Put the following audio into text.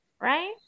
right